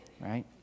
right